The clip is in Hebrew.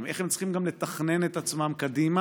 איך הם צריכים גם לתכנן את עצמם קדימה,